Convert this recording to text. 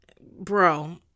bro